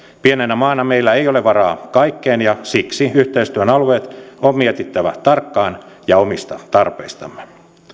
pienenä maana meillä ei ole varaa kaikkeen ja siksi yhteistyön alueet on mietittävä tarkkaan ja omista tarpeistamme